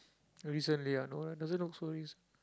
recently ah no leh doesn't look so recent